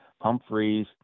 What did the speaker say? Humphreys